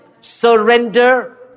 surrender